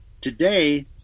today